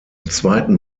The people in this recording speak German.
zweiten